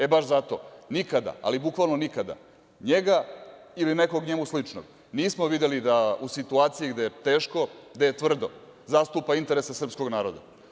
E baš zato, nikada, ali bukvalno nikada, njega ili nekog njemu sličnog, nismo videli da u situaciji gde je teško, gde je tvrdo, zastupa interese srpskog naroda.